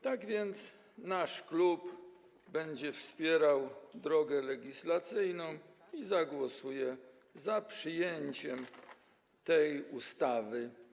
Tak więc nasz klub będzie wspierał ten proces legislacyjny i zagłosuje za przyjęciem tej ustawy.